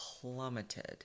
plummeted